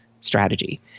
strategy